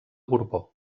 borbó